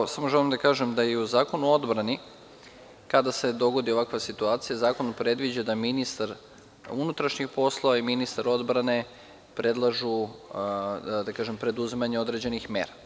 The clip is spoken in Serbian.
Evo samo želim da kažem da je i u Zakonu o odbrani kada se dogodi ovakva situacija zakon predviđa da ministar unutrašnjih poslova i ministar odbrane predlažu, da kažem, preduzimanje određenih mera.